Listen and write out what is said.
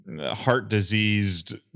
heart-diseased